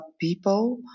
people